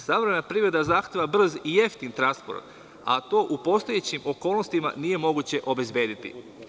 Savremena privreda zahteva brz i jeftin transport, a to u postojećim okolnostima nije moguće obezbediti.